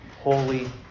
holy